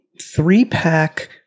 three-pack